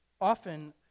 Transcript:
often